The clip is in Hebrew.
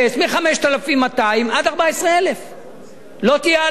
מ-5,200 עד 14,000. לא תהיה העלאה.